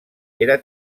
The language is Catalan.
era